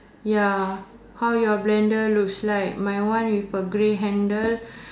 ya how your blender looks like my one with a grey handle